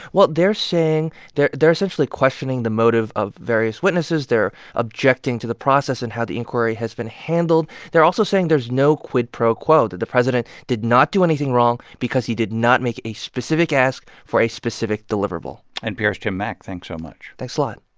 well, they're saying they're they're essentially questioning the motive of various witnesses. they're objecting to the process and how the inquiry has been handled. they're also saying there's no quid pro quo, that the president did not do anything wrong because he did not make a specific ask for a specific deliverable npr's tim mak. thanks so much thanks a lot